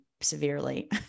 severely